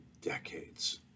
decades